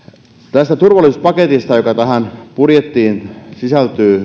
tästä turvallisuuspaketista joka tähän budjettiin sisältyy